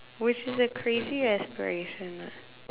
which is a crazy aspiration lah